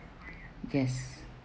yes